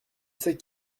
sais